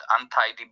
untidy